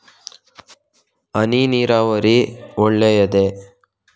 ಹನಿ ನೀರಾವರಿ ಒಳ್ಳೆಯದೇ?